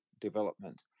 development